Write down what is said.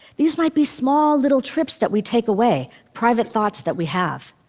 these might be small, little trips that we take away, private thoughts that we have.